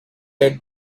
let